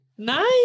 nice